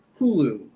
Hulu